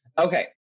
Okay